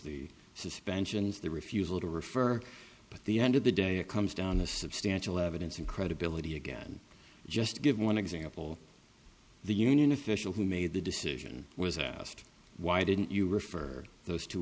the suspensions the refusal to refer but the end of the day it comes down a substantial evidence and credibility again just give one example the union official who made the decision was asked why didn't you refer those two